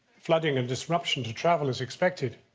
flooding and disruption to travel is expected.